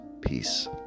peace